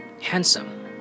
handsome